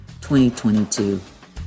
2022